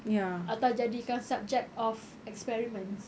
atau jadikan subject of experiments